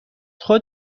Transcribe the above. خود